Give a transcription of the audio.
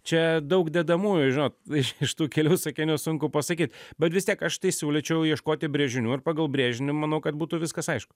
čia daug dedamųjų žinot iš iš tų kelių sakinių sunku pasakyt bet vis tiek aš tai siūlyčiau ieškoti brėžinių ir pagal brėžinį manau kad būtų viskas aišku